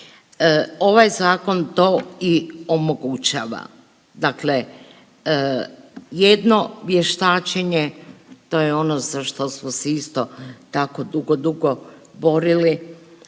Ovaj zakon to i omogućava, dakle jedno vještačenje to je ono za što smo se isto tako dugo,